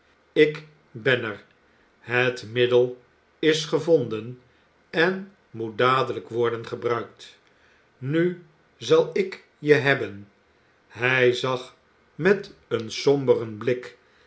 ik ben er het middel is gevonden en moet dadelijk worden gebruikt nu zal ik je hebben hij zag met een somberen blik